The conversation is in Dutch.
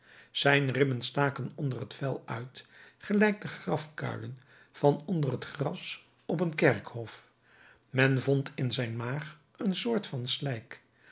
zijn ribben staken onder het vel uit gelijk de grafkuilen van onder het gras op een kerkhof men vond in zijn maag een soort van slijk